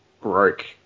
broke